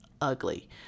ugly